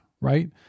right